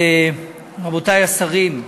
רבותי השרים,